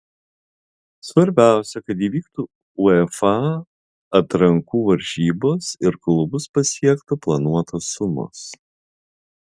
svarbiausia kad įvyktų uefa atrankų varžybos ir klubus pasiektų planuotos sumos